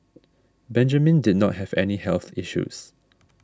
Benjamin did not have any health issues